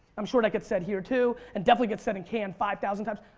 i'm sure that gets said here too. and definitely gets said in cannes five thousand times.